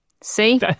See